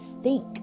stink